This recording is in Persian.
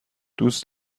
دوست